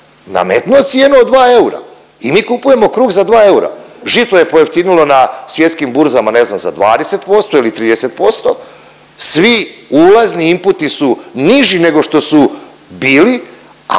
nametnuo cijenu od 2 eura i mi kupujemo kruh za 2 eura. Žito je pojeftinilo na svjetskim burzama ne znam za 20% ili 30%, svi ulazni inputi su niži nego što su bili,